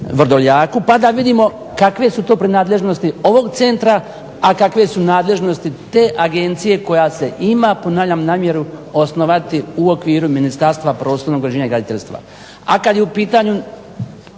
Vrdoljaku pa da vidimo kakve su to prednadležnosti ovog centra, a kakve su nadležnosti te agencije koja se ima ponavljam namjeru osnovati u okviru Ministarstva prostornog uređenja i graditeljstva.